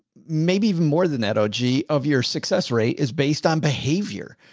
maybe even more than that. oh, gee of your success rate is based on behavior.